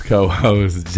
Co-host